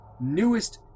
newest